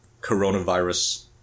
coronavirus